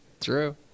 True